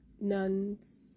nuns